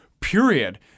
Period